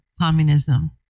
communism